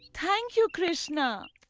thank you, krishna.